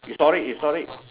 you saw it you saw it